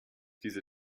diese